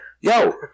Yo